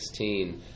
2016